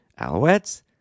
alouettes